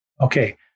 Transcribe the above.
Okay